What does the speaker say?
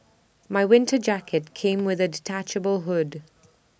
my winter jacket came with A detachable hood